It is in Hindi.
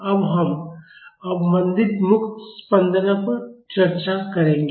अब हम अवमंदित मुक्त स्पंदनों पर चर्चा करेंगे